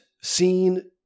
seen